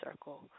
Circle